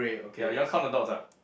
ya you want count the dots ah